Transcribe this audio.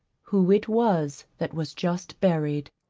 who it was that was just buried.